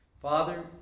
Father